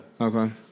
Okay